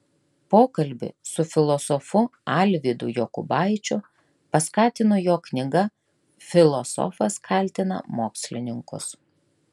pokalbį su filosofu alvydu jokubaičiu paskatino jo knyga filosofas kaltina mokslininkus